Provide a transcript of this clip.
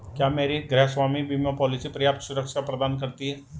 क्या मेरी गृहस्वामी बीमा पॉलिसी पर्याप्त सुरक्षा प्रदान करती है?